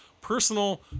personal